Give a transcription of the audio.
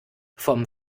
vom